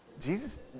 Jesus